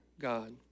God